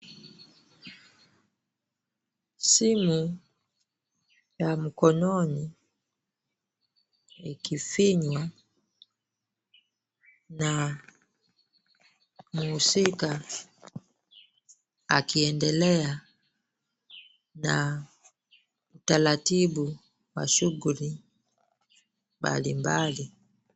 Simu ya mkononi ikifinywa na mhusika akiendelea na taratibu ya shughuli mbalimbali.